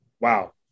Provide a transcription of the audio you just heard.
wow